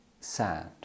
sad